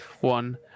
one